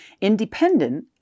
Independent